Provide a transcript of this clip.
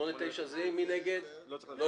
אין הצעה מספר 1 של המחנה הציוני ומרצ לא נתקבלה.